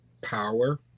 Power